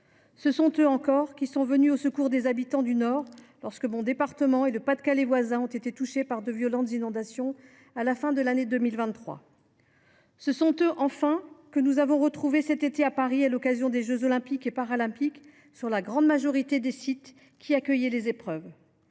Ce sont eux, encore, qui sont venus au secours des habitants du Nord, lorsque ce département et celui du Pas de Calais voisin ont été touchés par de violentes inondations à la fin de l’année 2023. Ce sont eux, enfin, que nous avons retrouvés cet été, à Paris, à l’occasion des jeux Olympiques et Paralympiques, sur la grande majorité des sites qui accueillaient des épreuves.